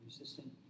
resistant